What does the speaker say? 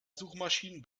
suchmaschinen